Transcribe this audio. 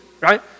right